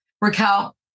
Raquel